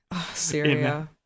Syria